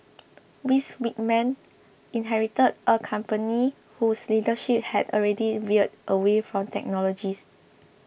Ms Whitman inherited a company whose leadership had already veered away from technologists